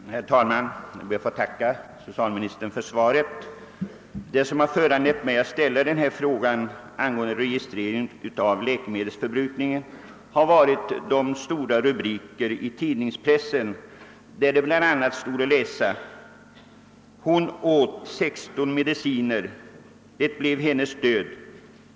Herr talman! Jag ber att få tacka socialministern för svaret. Det som har föranlett mig att ställa denna fråga angående registrering av läkemedelsförbrukningen har varit stora rubriker i tidningspressen, där det bl.a. stått att läsa: »Hon åt 16 mediciner. Det blev hennes död.